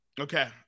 Okay